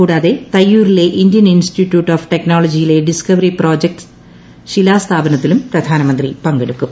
കൂടാതെ തൈയ്യൂരിലെ Indian institute of ടെക്നോളജിയിലെ ഡിസ്കവറി പ്രോജക്ട് ശിലാസ്ഥാപനത്തിലും പ്രധാനമന്ത്രി പങ്കെടുക്കും